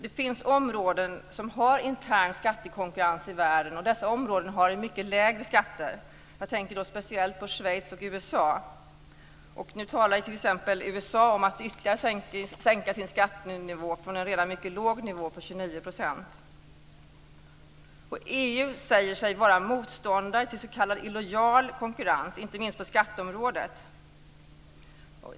Det finns områden som har intern skattekonkurrens i världen, och dessa områden har mycket lägre skatter. Jag tänker speciellt på Schweiz och USA. Nu talar t.ex. USA om att ytterligare sänka sin skattenivå från en redan mycket låg nivå på 29 %. EU säger sig vara motståndare till s.k. illojal konkurrens inte minst på skatteområdet.